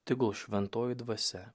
tegul šventoji dvasia